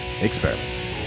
experiment